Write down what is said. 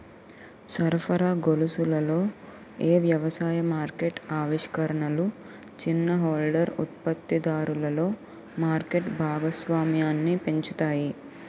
సరఫరా గొలుసులలో ఏ వ్యవసాయ మార్కెట్ ఆవిష్కరణలు చిన్న హోల్డర్ ఉత్పత్తిదారులలో మార్కెట్ భాగస్వామ్యాన్ని పెంచుతాయి?